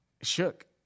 shook